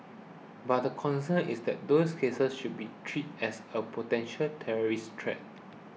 but the concern is that those cases should be treated as a potential terrorist threat